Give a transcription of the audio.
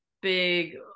big